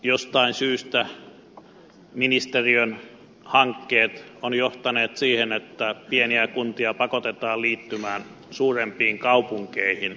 jostain syystä ministeriön hankkeet ovat johtaneet siihen että pieniä kuntia pakotetaan liittymään suurempiin kaupunkeihin